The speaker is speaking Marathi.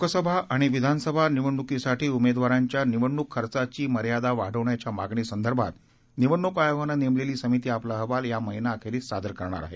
लोकसभा आणि विधानसभा निवडणूकीसाठी उमेदवारांच्या निवडणूक खर्चाची मर्यादा वाढवण्याच्या मागणीसंदर्भांत निवडणूक आयोगानं नेमलेली समिती आपला अहवाल या महिना अखेरीस सादर करणार आहे